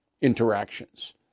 interactions